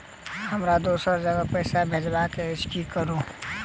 हमरा दोसर जगह पैसा भेजबाक अछि की करू?